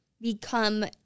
become